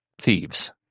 thieves